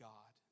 God